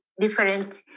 different